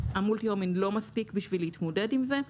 ושה"מולטי-הומינג" לא מספיק בשביל להתמודד עם זה,